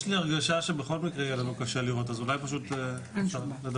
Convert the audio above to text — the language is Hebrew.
זה לא שונה במודל.